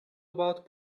about